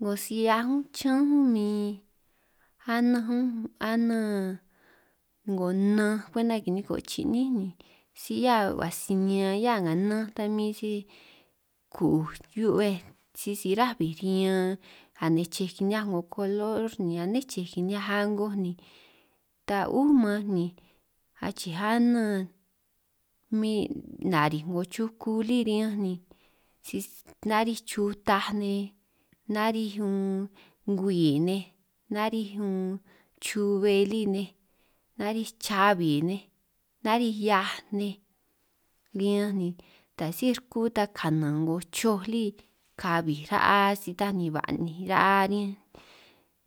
'Ngo si 'hiaj únj chiñánj únj ni ananj únj anan 'ngo nnanj kwenta kiniko' chi'ní ni, si 'hiá ba sinean ta mi si ku'uj hiu'bej sisi ráj bij riñan anej chej kini'hiaj 'ngo kolor, ni ané chej ni'hiaj a'ngoj ta 'ú man ni achiij anan min narij 'ngo chuku lí riñanj ni sisi chutaj, nej narij unn ngwii nej, naríj chube lí nej, narij chabi nej, naríj hiaj nej, riñan ta sí rkú ta ni kanan 'ngo choj lí ka bij ra'a si taj ni ba'ninj ra'a nej,